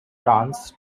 france